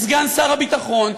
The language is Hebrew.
את סגן שר הביטחון,